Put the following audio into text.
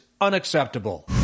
unacceptable